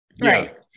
Right